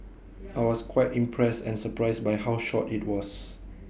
I was quite impressed and surprised by how short IT was